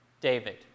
David